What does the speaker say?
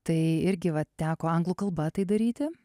tai irgi va teko anglų kalba tai daryti